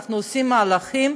אנחנו עושים מהלכים,